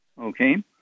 Okay